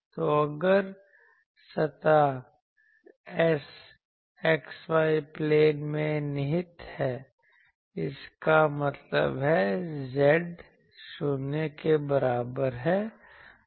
तो अगर सतह S x y प्लेन में निहित है इसका मतलब है z 0 के बराबर है